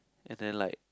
and then like